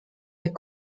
est